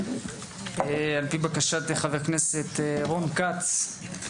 על פי בקשת חבר הכנסת רון כץ.